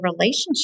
relationship